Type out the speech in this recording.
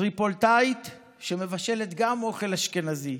טריפוליטאית שמבשלת גם אוכל אשכנזי.